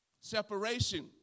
Separation